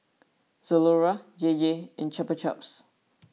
Zalora J J and Chupa Chups